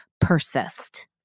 persist